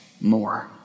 more